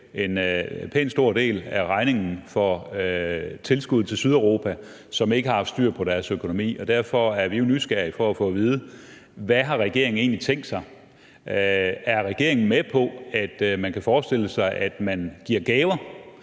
en pænt stor del af regningen for tilskuddet til Sydeuropa, som ikke har haft styr på deres økonomi. Derfor er vi jo nysgerrige efter at få at vide, hvad regeringen egentlig har tænkt sig. Er regeringen med på, at man kan forestille sig, at man giver gaver,